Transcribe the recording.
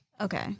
Okay